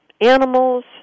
animals